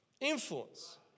Influence